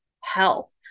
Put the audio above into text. health